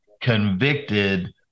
convicted